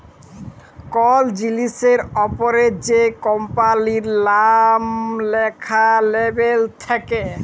call জিলিসের অপরে যে কম্পালির লাম ল্যাখা লেবেল থাক্যে